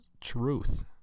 truth